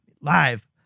live